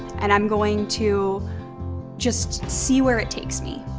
and i'm going to just see where it takes me.